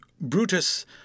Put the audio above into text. Brutus